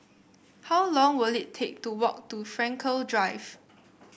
how long will it take to walk to Frankel Drive